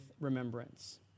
remembrance